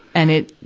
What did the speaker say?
and it,